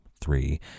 three